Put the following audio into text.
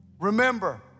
Remember